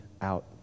out